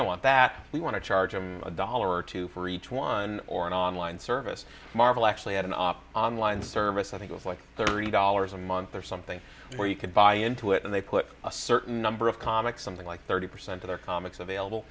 don't want that we want to charge them a dollar or two for each one or an online service marvel actually had an op online service i think was like thirty dollars a month or something where you could buy into it and they put a certain number of comics something like thirty percent of their comics available